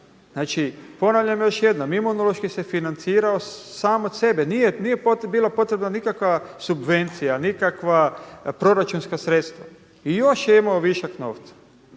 Znači ponavljam još jednom, Imunološki se financirao sam od sebe, nije bila potrebna nikakva subvencija, nikakva proračunska sredstva i još je imao višak novca.